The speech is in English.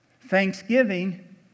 Thanksgiving